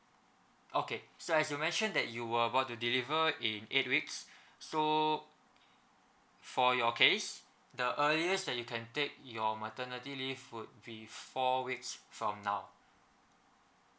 okay so as you mentioned that you were about to deliver in eight weeks so for your case the earliest that you can take your maternity leave would be four weeks from now